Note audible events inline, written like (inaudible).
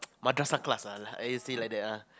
(noise) madrasah class ah like A S A like that ah